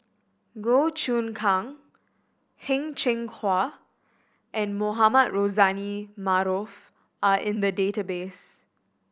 Goh Choon Kang Heng Cheng Hwa and Mohamed Rozani Maarof are in the database